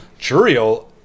Churio